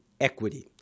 Equity